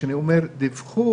כשאני אומר "דיווחו",